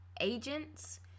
agents